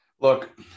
Look